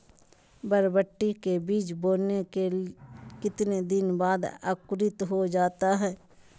बरबटी के बीज बोने के कितने दिन बाद अंकुरित हो जाता है?